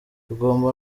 tugomba